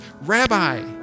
Rabbi